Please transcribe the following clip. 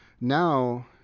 now